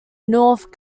north